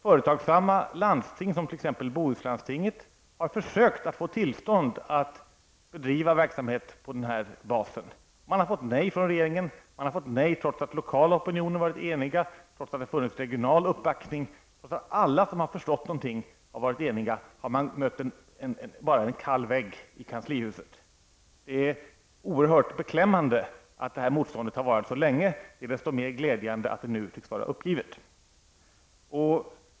Företagsamma landsting, t.ex. Bohus, har försökt få tillstånd att bedriva verksamhet på den här basen. Man har fått nej från regeringen. Man har fått nej trots att den lokala opinionen har varit enig och det har funnits regional uppbackning. Trots att alla som har förstått någonting har varit eniga har man bara mött en kall vägg i kanslihuset. Det är oerhört beklämmande att det här motståndet har varat så länge. Det är desto mer glädjande att det nu tycks vara uppgivet.